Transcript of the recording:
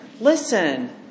listen